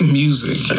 music